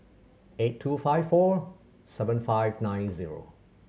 eight two five four seven five nine zero